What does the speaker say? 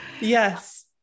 Yes